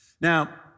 Now